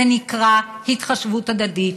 זה נקרא התחשבות הדדית.